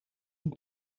hun